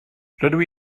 rydw